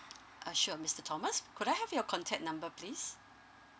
uh sure mister thomas could I have your contact number please